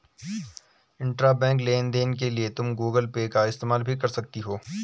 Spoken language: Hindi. इंट्राबैंक लेन देन के लिए तुम गूगल पे का इस्तेमाल भी कर सकती हो